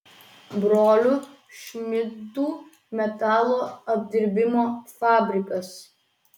brolių šmidtų metalo apdirbimo fabrikas